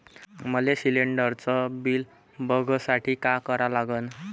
मले शिलिंडरचं बिल बघसाठी का करा लागन?